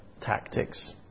tactics